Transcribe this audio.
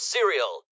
Cereal